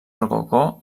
rococó